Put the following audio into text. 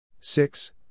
six